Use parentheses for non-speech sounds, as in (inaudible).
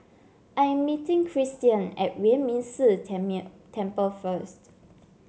I am meeting Cristian at Yuan Ming Si (unintelligible) Temple first